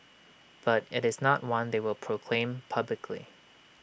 but IT is not one they will proclaim publicly